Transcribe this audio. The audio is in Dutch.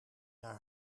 naar